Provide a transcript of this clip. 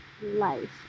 life